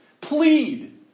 Plead